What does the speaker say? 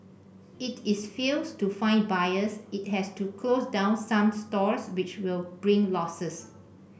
if it fails to find buyers it has to close down some stores which will bring losses